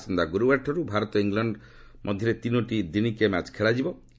ଆସନ୍ତା ଗୁରୁବାରଠାରୁ ଭାରତ ଓ ଇଂଲଣ୍ଡ ତିନୋଟି ଦିନିକିଆ ମ୍ୟାଚ ଖେଳିବେ